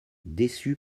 déçu